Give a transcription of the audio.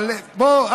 אבל בוא,